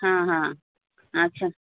ہاں ہاں اچھا